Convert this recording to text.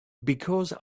because